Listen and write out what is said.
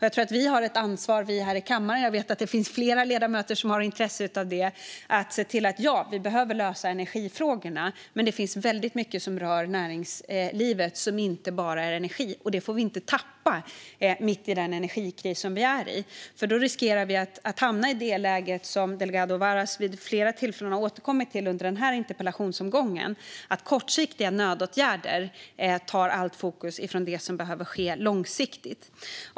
Jag tror att vi här i kammaren har ett ansvar, och jag vet att det finns fler ledamöter som har intresse av det, att se att vi behöver lösa energifrågorna men att det finns väldigt mycket som rör näringslivet som inte är bara energi. Det får vi inte tappa bort mitt i den energikris vi är i. Då löper vi risk att hamna i det läge som Delgado Varas har återkommit till vid flera tillfällen under den här interpellationsdebatten, där kortsiktiga nödåtgärder tar allt fokus från det som behöver ske långsiktigt.